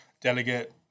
delegate